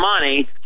money